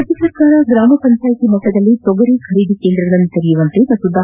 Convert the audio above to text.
ರಾಜ್ಯ ಸರ್ಕಾರ ಗ್ರಾಮ ಪಂಚಾಯಿತಿ ಮಟ್ಟದಲ್ಲಿ ತೊಗರಿ ಖರೀದಿ ಕೇಂದ್ರಗಳನ್ನು ತೆರೆಯುವಂತೆ ಹಾಗೂ ಡಾ